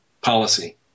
policy